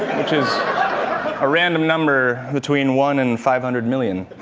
which is a random number between one and five hundred million.